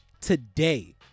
today